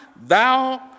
thou